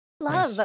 love